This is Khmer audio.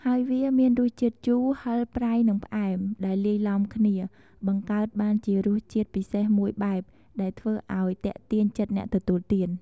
ហើយវាមានរសជាតិជូរ ហឹរ ប្រៃ និងផ្អែម ដែលលាយឡំគ្នា បង្កើតបានជារសជាតិពិសេសមួយបែប ដែលធ្វើឱ្យទាក់ទាញចិត្តអ្នកទទួលទាន។